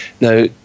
Now